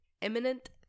imminent